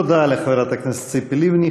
תודה לחברת הכנסת ציפי לבני.